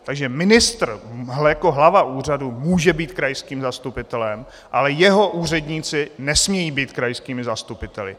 Takže ministr jako hlava úřadu může být krajským zastupitelem, ale jeho úředníci nesmějí být krajskými zastupiteli.